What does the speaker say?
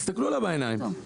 תסתכלו לה בעיניים.